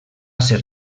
ser